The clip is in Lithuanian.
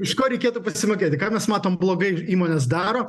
iš ko reikėtų pasimokėti ką mes matom blogai įmonės daro